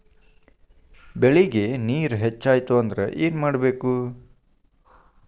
ಬೆಳೇಗ್ ನೇರ ಹೆಚ್ಚಾಯ್ತು ಅಂದ್ರೆ ಏನು ಮಾಡಬೇಕು?